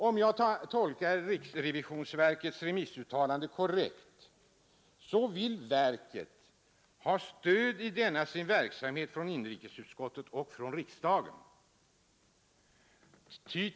Om jag tolkar riksrevisionsverkets remissuttalande korrekt så vill man ha stöd i denna sin verksamhet från inrikesutskottet och riksdagen.